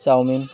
chowmein